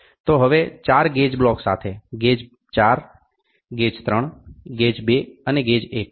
તો હવે ચાર ગેજ બ્લોક સાથે ગેજ 4 ગેજ 3 ગેજ 2 અને ગેજ 1